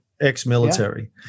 ex-military